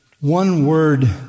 one-word